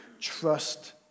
trust